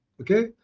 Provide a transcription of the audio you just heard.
okay